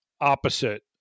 opposite